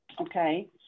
Okay